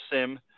sim